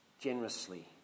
generously